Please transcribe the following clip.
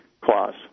clause